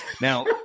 Now